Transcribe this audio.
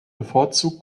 bevorzugt